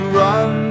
run